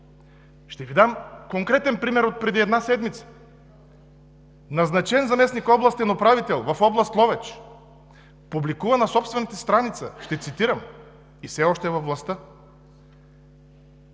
Ще Ви дам конкретен пример отпреди една седмица. Назначен заместник-областен управител в област Ловеч публикува на собствената си страница, ще цитирам, и все още е във властта: